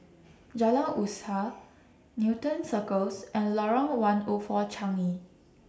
Jalan Usaha Newton Circus and Lorong one O four Changi